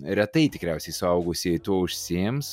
retai tikriausiai suaugusieji tuo užsiims